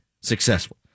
successful